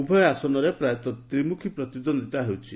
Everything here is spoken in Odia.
ଉଭୟ ଆସନରେ ପ୍ରାୟତଃ ତ୍ରିମୁଖୀ ପ୍ରତିଦ୍ୱନ୍ଦ୍ୱିତା ହେଉଛି